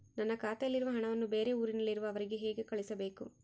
ನನ್ನ ಖಾತೆಯಲ್ಲಿರುವ ಹಣವನ್ನು ಬೇರೆ ಊರಿನಲ್ಲಿರುವ ಅವರಿಗೆ ಹೇಗೆ ಕಳಿಸಬೇಕು?